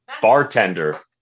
bartender